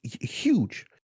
huge